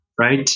right